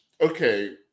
okay